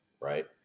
right